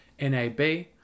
NAB